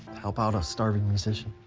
help out a starving musician?